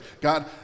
God